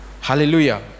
Hallelujah